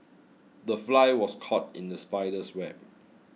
the fly was caught in the spider's web